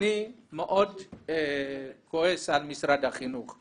אני מאוד כועס על משרד החינוך,